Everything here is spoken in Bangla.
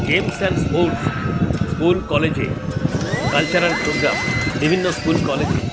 গেমস অ্যান্ড স্পোর্টস স্কুল কলেজে কালচারাল প্রোগ্রাম বিভিন্ন স্কুল কলেজে